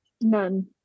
None